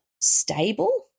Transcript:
stable